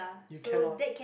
you cannot